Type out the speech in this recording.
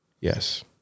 Yes